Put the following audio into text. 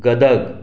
Gadag